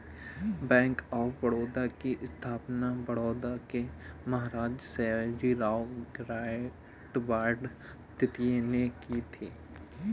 bank of Baroda की स्थापना बड़ौदा के महाराज सयाजीराव गायकवाड तृतीय ने की थी